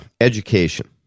education